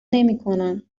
نمیکنم